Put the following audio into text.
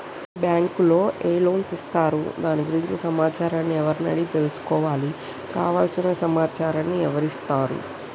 ఈ బ్యాంకులో ఏ లోన్స్ ఇస్తారు దాని గురించి సమాచారాన్ని ఎవరిని అడిగి తెలుసుకోవాలి? కావలసిన సమాచారాన్ని ఎవరిస్తారు?